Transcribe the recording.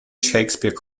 shakespeare